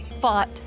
fought